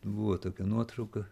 buvo tokia nuotrauka